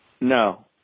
No